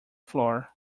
floor